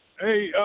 Hey